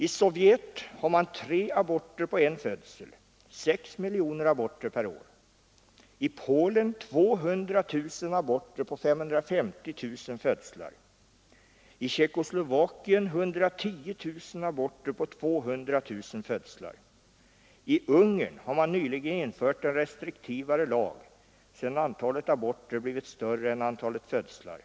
I Sovjet utförs tre aborter på en födsel eller sammanlagt 6 miljoner aborter per år. I Polen utförs 200 000 aborter på 550 000 födslar och i Tjeckoslovakien 110000 aborter på 200 000 födslar. Ungern har nyligen infört en restriktivare lag, sedan antalet aborter blivit större än antalet födslar.